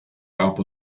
aber